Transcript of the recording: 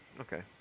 Okay